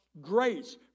Grace